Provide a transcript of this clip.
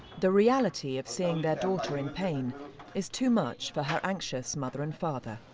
the reality of seeing their daughter in pain is too much for her anxious mother and father.